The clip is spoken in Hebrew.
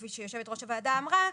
כפי שיושבת ראש הוועדה אמרה,